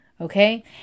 Okay